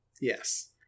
Yes